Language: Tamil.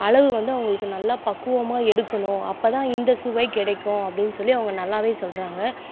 அளவு வந்து அவங்களுக்கு நல்லா பக்குவமாக எடுக்கணும் அப்போ தான் இந்த சுவைக் கிடைக்கும் அப்படின்னு சொல்லி அவங்க நல்லாவே சொல்கிறாங்க